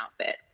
outfit